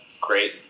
Great